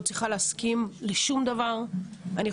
לנסות להסכים בלי 98. בפעם שעברה על שני הסעיפים זה היה שלוש ושלוש,